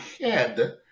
head